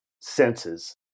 senses